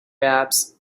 apps